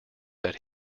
that